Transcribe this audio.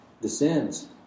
descends